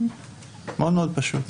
מאוד מאוד פשוט.